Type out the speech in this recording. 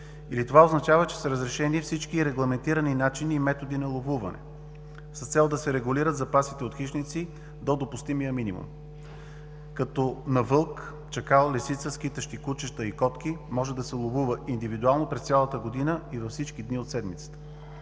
Или това означава, че са разрешени всички регламентирани начини и методи на ловуване с цел да се регулират запасите от хищници до допустимия минимум, като на вълк, чакал, лисица, скитащи кучета и котки, може да се ловува индивидуално през цялата година и във всички дни от седмицата.